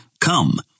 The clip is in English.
Come